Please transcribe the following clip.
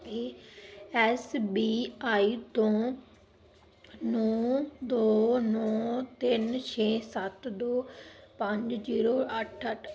A S B I ਤੋਂ ਨੌਂ ਦੋ ਨੌਂ ਤਿੰਨ ਛੇ ਸੱਤ ਦੋ ਪੰਜ ਜੀਰੋ ਅੱਠ ਅੱਠ